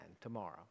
tomorrow